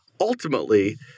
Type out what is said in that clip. ultimately